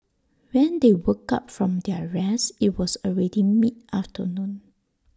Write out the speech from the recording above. when they woke up from their rest IT was already mid afternoon